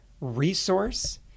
resource